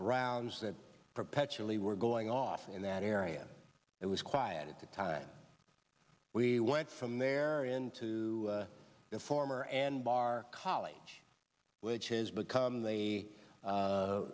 rounds that perpetually were going off in that area it was quiet at the time we went from there into the former and bar college which has become the